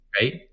right